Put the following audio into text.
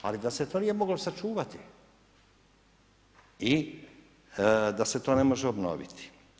Ali da se to nije moglo sačuvati i da se to ne može obnoviti.